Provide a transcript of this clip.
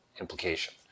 implication